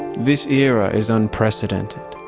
this era is unprecedented,